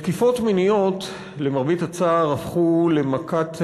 תקיפות מיניות, למרבית הצער, הפכו למכת מדינה,